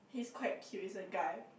he's quite cute is a guy